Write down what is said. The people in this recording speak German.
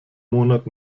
monat